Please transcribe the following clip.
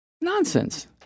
Nonsense